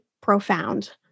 profound